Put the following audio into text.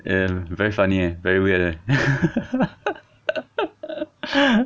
eh very funny leh very weird leh